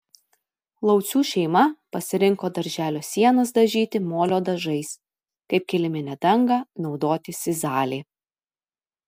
laucių šeima pasirinko darželio sienas dažyti molio dažais kaip kiliminę dangą naudoti sizalį